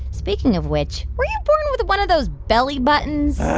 speaking of which, were you born with one of those belly buttons?